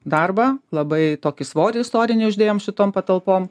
darbą labai tokį svorį istorinį uždėjome šitom patalpom